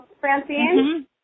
Francine